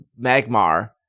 Magmar